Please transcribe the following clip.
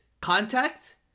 contact